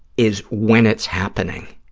is when it's happening,